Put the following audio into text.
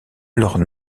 leurs